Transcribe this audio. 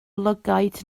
lygaid